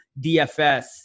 DFS